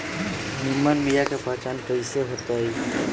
निमन बीया के पहचान कईसे होतई?